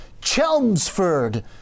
Chelmsford